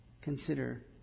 consider